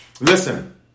Listen